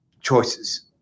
choices